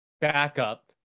backup